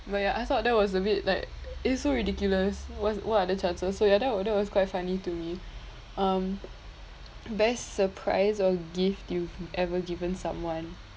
but ya I thought that was a bit like it's so ridiculous was what are the chances so ya that was that was quite funny to me um best surprise or gift you ever given someone